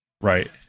right